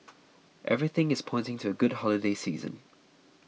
everything is pointing to a good holiday season